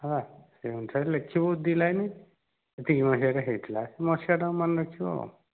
ହଁ ସେହି ଅନୁସାରେ ଲେଖିବୁ ଦୁଇ ଲାଇନ୍ ଏତିକି ମସିହାରେ ହୋଇଥିଲା ସେହି ମସିହା ଟାକୁ ମନେ ରଖିବୁ ଆଉ